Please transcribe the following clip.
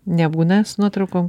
nebūna su nuotraukom